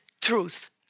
truth